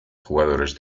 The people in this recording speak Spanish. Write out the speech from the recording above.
jugadores